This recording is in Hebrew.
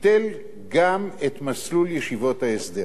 ביטל גם את מסלול ישיבות ההסדר.